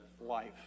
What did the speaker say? life